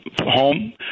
home